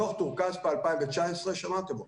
דוח טור-כספא 2019 שמעתם אותו.